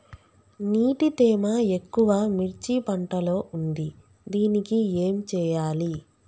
నీటి తేమ ఎక్కువ మిర్చి పంట లో ఉంది దీనికి ఏం చేయాలి?